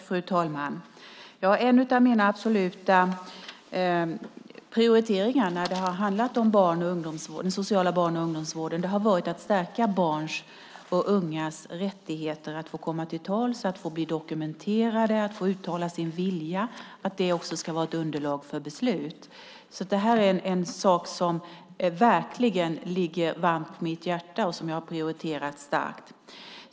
Fru talman! En av mina absoluta prioriteringar när det har handlat om den sociala barn och ungdomsvården har varit att säkra barns och ungas rättigheter att få komma till tals, att få bli dokumenterade och att få uttala sin vilja, och det ska vara ett underlag för beslut. Det här är en sak som verkligen ligger mig varmt om hjärtat och som jag har prioriterat starkt.